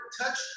touch